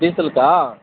டீசலுக்கா